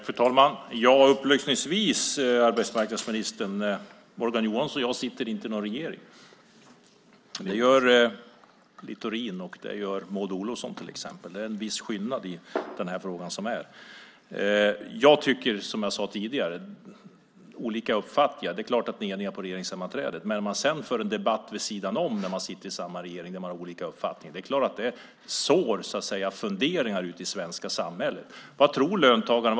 Fru talman! Upplysningsvis, arbetsmarknadsministern, sitter Morgan Johansson och jag inte i någon regering. Det gör Littorin, och det gör Maud Olofsson till exempel. Det gör en viss skillnad i frågan. Jag tycker som jag sade tidigare när det gäller olika uppfattningar - det är klart att ni är eniga på regeringssammanträdet. Men när de som sitter i samma regering sedan för en debatt vid sidan om där man har olika uppfattningar är det klart att det sår funderingar ute i det svenska samhället. Vad tror löntagarna?